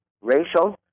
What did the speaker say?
racial